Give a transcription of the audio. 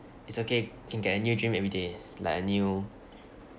it's okay can get a new dream everyday like a new